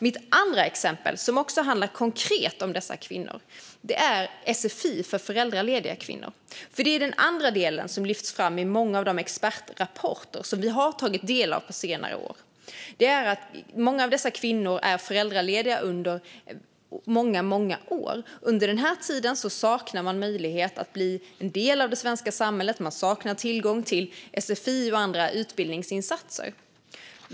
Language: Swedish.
Mitt tredje exempel handlar också konkret om dessa kvinnor. Det gäller sfi för föräldralediga kvinnor. Det är den andra del som lyfts fram i många av de expertrapporter som vi har tagit del av på senare år. Många av dessa kvinnor är föräldralediga under många, många år. Under den tiden saknar de möjlighet att bli en del av det svenska samhället. De saknar tillgång till sfi och andra utbildningsinsatser.